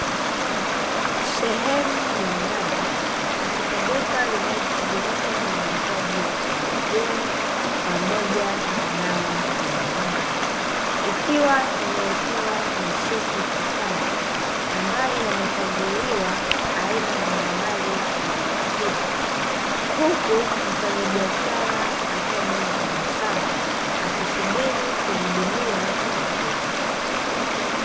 Sehemu ya ndani katika duka linalojishughulisha na uuzaji wa pembejeo pamoja na dawa za wanyama ikiwa imeekewa mashelfu ukutani ambayo yamepangiliwa aina mbalimbali ya dawa hizo, huku mfanyabiashara akiwa mwenye tabasamu akisubiri kuhudumia wateja.